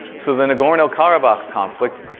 so, the nagorno-karabakh conflict,